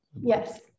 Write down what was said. yes